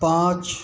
पाँच